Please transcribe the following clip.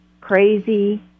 crazy